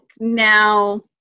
now